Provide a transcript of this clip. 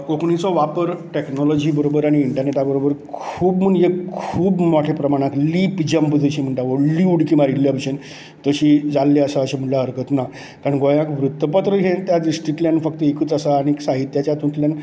कोंकणीचो वापर टेक्नोलाॅजी बरोबर आनी इंन्टरनेटा बरोबर खूब म्हणजे खूब मोठ्या प्रमाणांत लिप जंम्प जशें म्हणटा व्हडली उडकी मारिल्ले भशेन तशें म्हणल्यार हरकत ना आनी गोंयाक वृत्तपत्र हें त्या दृश्टींतल्यान एकच आसा फक्त एकूच आसा आनी साहित्याच्या हातूंतल्यान